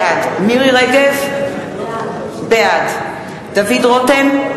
בעד מירי רגב, בעד דוד רותם,